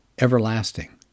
everlasting